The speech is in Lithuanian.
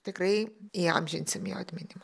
tikrai įamžinsim jo atminimą